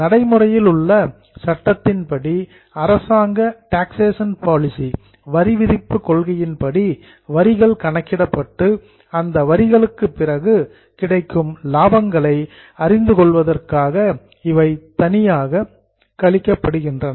நடைமுறையிலுள்ள சட்டத்தின்படி அரசாங்க taxation policy வரி விதிப்பு கொள்கையின்படி வரிகள் கணக்கிடப்பட்டு அந்த வரிகளுக்கு பிறகு கிடைக்கும் லாபங்களை அறிந்துகொள்வதற்காக இவை தனித்தனியாக கழிக்கப்படுகின்றன